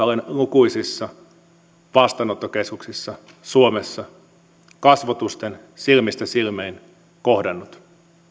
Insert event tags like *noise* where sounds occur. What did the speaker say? *unintelligible* olen lukuisissa vastaanottokeskuksissa suomessa kasvotusten silmistä silmiin kohdannut